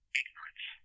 ignorance